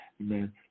Amen